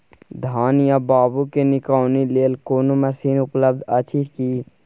धान या बाबू के निकौनी लेल कोनो मसीन उपलब्ध अछि की?